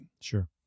Sure